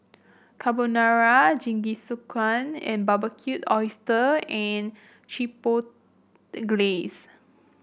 Carbonara Jingisukan and Barbecued Oyster and Chipotle Glaze